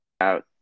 out